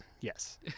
yes